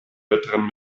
wettrennen